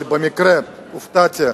אבל במקרה הזה הופתעתי.